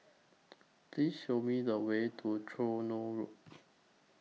Please Show Me The Way to Tronoh Road